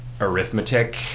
arithmetic